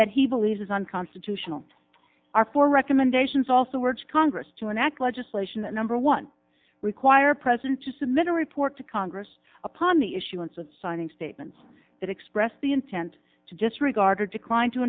that he believes is unconstitutional are for recommendations also urge congress to enact legislation that number one require president to submit a report to congress upon the issuance of signing statements that express the intent to disregard or decline to